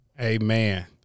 Amen